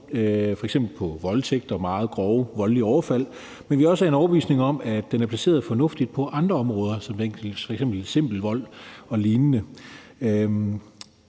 f.eks. for voldtægt og meget grove overfald, men vi er også af den overbevisning, at den er placeret på fornuftigt på andre områder, f.eks. simpel vold og lignende.